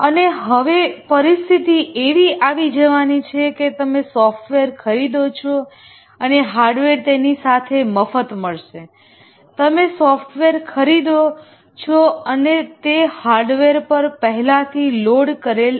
અને હવે પરિસ્થિતિ એવી આવી જવાની છે કે તમે સોફ્ટવેર ખરીદો છો અને હાર્ડવેર તેની સાથે મફત મળશે તમે સોફ્ટવેર ખરીદો છોઅને તે હાર્ડવેર પર પહેલાથી લોડ કરેલ આવે